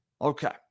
Okay